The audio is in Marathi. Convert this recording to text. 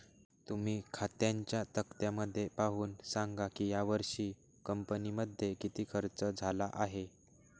तुम्ही खात्यांच्या तक्त्यामध्ये पाहून सांगा की यावर्षी कंपनीमध्ये किती खर्च झाला आहे